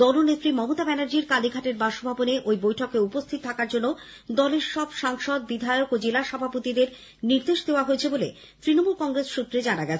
দলনেত্রী মমতা ব্যানার্জির কালীঘাটের বাসভবনে এই বৈঠকে উপস্থিত থাকার জন্য দলের সব সাংসদ বিধায়ক ও জেলা সভাপতিদের নির্দেশ দেওয়া হয়েছে বলে তৃণমূল কংগ্রেস সৃত্রের খবর